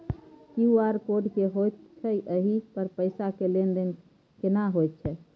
QR code की होयत छै एहि पर पैसा के लेन देन केना होयत छै?